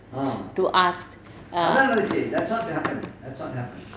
to ask err